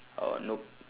uh nope